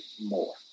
more